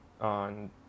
on